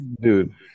Dude